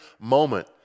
moment